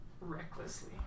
recklessly